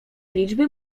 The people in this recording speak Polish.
liczby